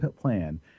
plan